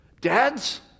Dads